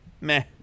Meh